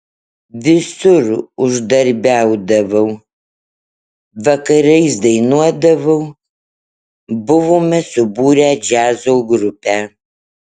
visur uždarbiaudavau vakarais dainuodavau buvome subūrę džiazo grupę